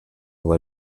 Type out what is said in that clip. will